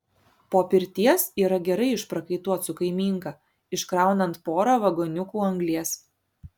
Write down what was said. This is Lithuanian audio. po pirties yra gerai išprakaituot su kaimynka iškraunant porą vagoniukų anglies